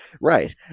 right